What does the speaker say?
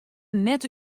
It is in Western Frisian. net